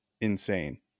insane